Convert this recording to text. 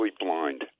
blind